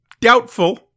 Doubtful